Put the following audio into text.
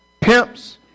pimps